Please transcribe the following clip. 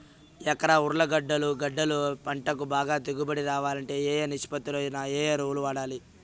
ఎకరా ఉర్లగడ్డలు గడ్డలు పంటకు బాగా దిగుబడి రావాలంటే ఏ ఏ నిష్పత్తిలో ఏ ఎరువులు వాడాలి?